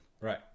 Right